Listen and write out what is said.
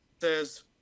says